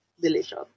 delicious